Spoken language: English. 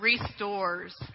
restores